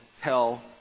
tell